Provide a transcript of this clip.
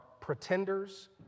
pretenders